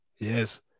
Yes